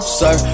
sir